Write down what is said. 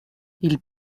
ils